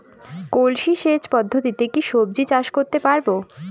কলসি সেচ পদ্ধতিতে কি সবজি চাষ করতে পারব?